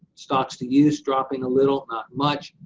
stocks-to-use dropping a little, not much.